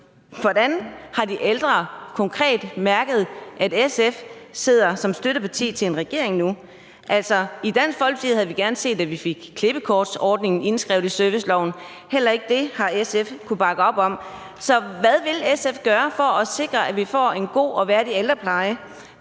Hvordan har de ældre konkret mærket, at SF sidder som støtteparti til en regering nu? Altså, i Dansk Folkeparti havde vi gerne set, at vi fik klippekortsordningen indskrevet i serviceloven. Heller ikke det har SF kunnet bakke op om. Så hvad vil SF gøre for at sikre, at vi får en god og værdig ældrepleje